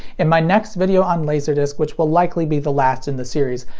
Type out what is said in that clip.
in my next video on laserdisc, which will likely be the last in the series,